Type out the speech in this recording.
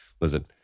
listen